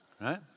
Right